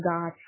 God